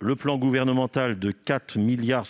Le plan gouvernemental de 4,75 milliards